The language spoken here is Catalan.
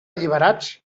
alliberats